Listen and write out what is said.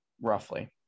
roughly